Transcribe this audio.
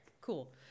cool